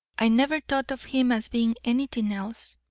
i never thought of him as being anything else.